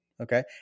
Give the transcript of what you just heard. Okay